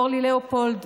אורלי ליאופולד,